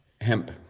hemp